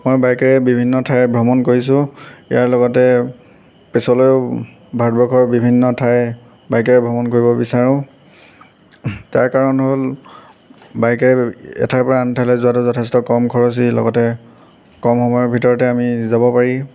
মই বাইকেৰে বিভিন্ন ঠাই ভ্ৰমণ কৰিছো ইয়াৰ লগতে পিছলৈয়ো ভাৰতবৰ্ষৰ বিভিন্ন ঠাই বাইকেৰে ভ্ৰমণ কৰিব বিচাৰো তাৰ কাৰণ হ'ল বাইকেৰে এঠাইৰ পৰা আন ঠাইলৈ যোৱাটো যথেষ্ট কম খৰচী লগতে কম সময়ৰ ভিতৰতে আমি যাব পাৰি